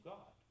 God